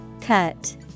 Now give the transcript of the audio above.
Cut